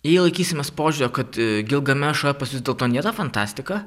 jei laikysimės požiūrio kad gilgamešo epas vis dėlto nėra fantastika